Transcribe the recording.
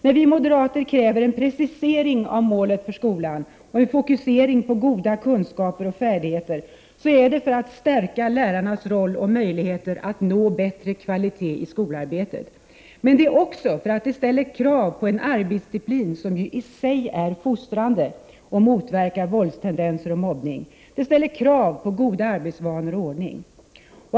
När vi moderater kräver en precisering av målet för skolan och en fokusering på goda kunskaper och färdigheter är det för att stärka lärarnas roll och möjligheter att nå bättre kvalitet i skolarbetet. Men det är också för att detta ställer krav på en arbetsdisciplin som i sig är fostrande och motverkar våldstendenser och mobbning. Det ställer krav på goda arbetsvanor och ordning.